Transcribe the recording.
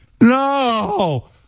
No